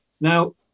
Now